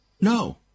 No